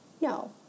No